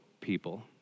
people